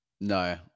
No